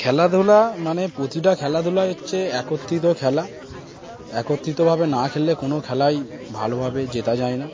খেলাধুলা মানে প্রতিটা খেলাধুলা হচ্ছে একত্রিত খেলা একত্রিতভাবে না খেললে কোনো খেলাই ভালোভাবে জেতা যায় না